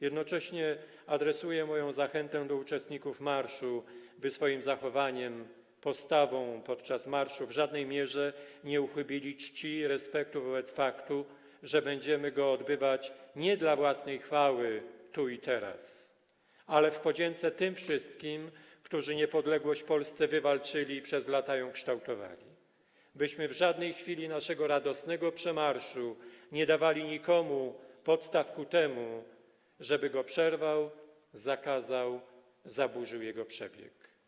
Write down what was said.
Jednocześnie adresuję moją zachętę do uczestników marszu, by swoim zachowaniem, postawą podczas marszu w żadnej mierze nie uchybili czci i respektowi wobec faktu, że będziemy w nim uczestniczyć nie dla własnej chwały tu i teraz, ale w podzięce tym wszystkim, którzy niepodległość Polsce wywalczyli i przez lata ją kształtowali, byśmy w żadnej chwili naszego radosnego przemarszu nie dawali nikomu podstaw ku temu, żeby go przerwał, zakazał, zaburzył jego przebieg.